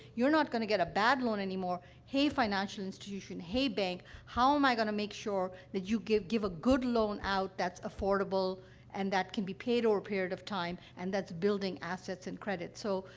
you're not going to get a bad loan anymore. hey, financial institution, hey, bank, how am i going to make sure that you give give a good loan out that's affordable and that can be paid over a period of time and that's building assets and credit? so,